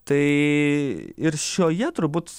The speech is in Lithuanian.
tai ir šioje turbūt